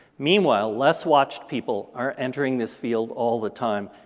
meanwhile, less watched people are entering this field all the time,